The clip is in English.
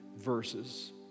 verses